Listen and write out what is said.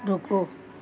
रुको